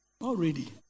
Already